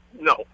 No